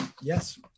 Yes